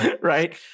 Right